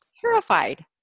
Terrified